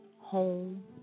home